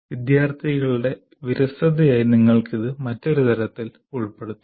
വിദ്യാർത്ഥികളുടെ വിരസതയായി നിങ്ങൾക്ക് ഇത് മറ്റൊരു തരത്തിൽ ഉൾപ്പെടുത്താം